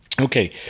Okay